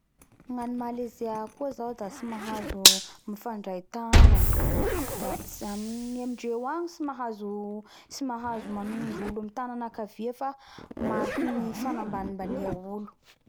Gnan ny Malesia koa zao da tsy mahazo mifandray tagna da tsy- gnamindreo agny tsy mahazo, tsy mahazo manondro olo amy tagna akavia fa mariky ny fanambanimbania olo.